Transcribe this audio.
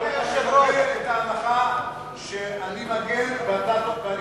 אתה מקבל את ההנחה שאני מגן ואתה תוקפני,